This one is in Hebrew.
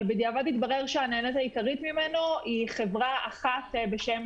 אבל בדיעבד התברר שהנהנית העיקרית ממנו היא חברה אחת בשם